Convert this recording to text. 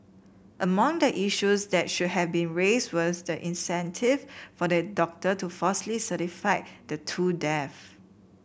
among the issues that should have been raised was the incentive for the doctor to falsely certify the two death